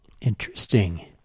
Interesting